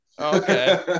Okay